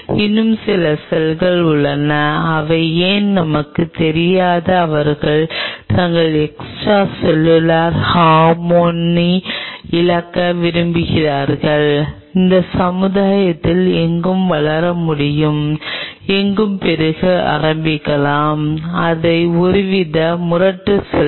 இன்னும் சில செல்கள் உள்ளன அவை ஏன் நமக்குத் தெரியாது அவர்கள் தங்கள் எக்ஸ்ட்ரா செல்லுலார் ஹார்மோனி இழக்க விரும்புகிறார்கள் எந்த சமூகத்திலும் எங்கும் வளர முடியும் எங்கும் பெருக ஆரம்பிக்கலாம் அவை ஒருவித முரட்டு செல்கள்